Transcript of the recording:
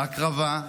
ההקרבה,